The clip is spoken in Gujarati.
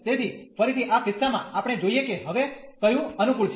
તેથી ફરીથી આ કિસ્સામાં આપણે જોઈએ કે હવે કયું અનુકૂળ છે